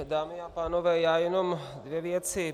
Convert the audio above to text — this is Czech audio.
Dámy a pánové, já jenom dvě věci.